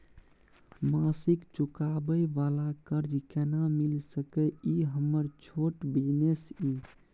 मासिक चुकाबै वाला कर्ज केना मिल सकै इ हमर छोट बिजनेस इ?